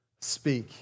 speak